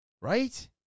right